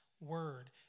Word